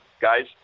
guys